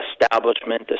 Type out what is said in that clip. establishment